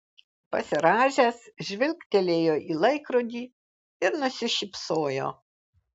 pasirąžęs žvilgtelėjo į laikrodį ir nusišypsojo